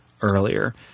earlier